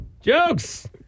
Jokes